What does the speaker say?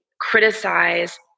criticize